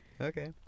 Okay